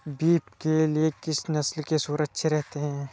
Beef के लिए किस नस्ल के सूअर अच्छे रहते हैं?